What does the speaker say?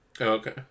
okay